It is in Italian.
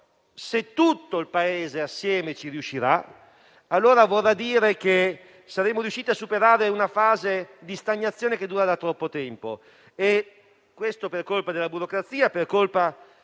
se tutto il Paese assieme ci riuscirà, allora vorrà dire che saremo riusciti a superare una fase di stagnazione che dura da troppo tempo e questo per colpa della burocrazia, per colpa